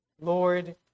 Lord